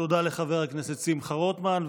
תודה לחבר הכנסת שמחה רוטמן.